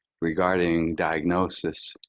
regarding diagnosis,